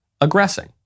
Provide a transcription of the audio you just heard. aggressing